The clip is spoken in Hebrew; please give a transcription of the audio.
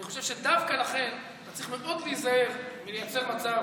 אני חושב שדווקא לכן צריך מאוד להיזהר מלייצר מצב